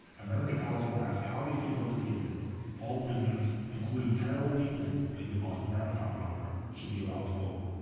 american adults were asked how they feel about the statement all prisoners including terrible people like the boston marathon bomber should be allowed to vote.